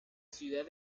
ciudad